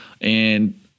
And-